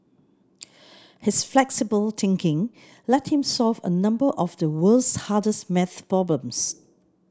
his flexible thinking led him to solve a number of the world's hardest maths problems